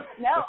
no